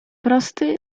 prosty